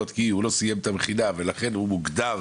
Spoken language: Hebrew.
כי הוא לא סיים את המכינה ולכן הוא מוגדר,